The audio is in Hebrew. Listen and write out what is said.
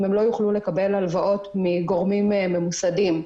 הם לא יוכלו לקבל הלוואות מגורמים ממוסדים.